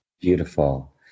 Beautiful